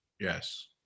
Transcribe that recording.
yes